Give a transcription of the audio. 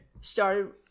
started